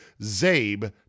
ZABE